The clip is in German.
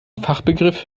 fachbegriff